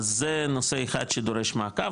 אז זה נושא אחד שדורש מעקב,